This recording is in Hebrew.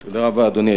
בבקשה, אדוני.